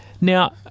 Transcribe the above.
Now